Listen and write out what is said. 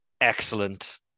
excellent